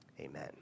amen